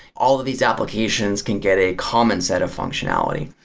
all of these applications can get a common set of functionality.